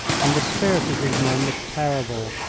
and the spirit of these men was terrible.